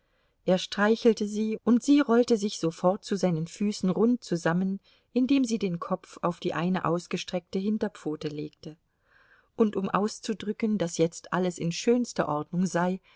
er streichelte sie und sie rollte sich sofort zu seinen füßen rund zusammen indem sie den kopf auf die eine ausgestreckte hinterpfote legte und um auszudrücken daß jetzt alles in schönster ordnung sei